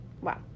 wow